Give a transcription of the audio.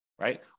right